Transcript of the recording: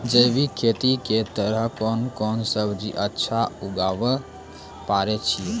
जैविक खेती के तहत कोंन कोंन सब्जी अच्छा उगावय पारे छिय?